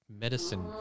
medicine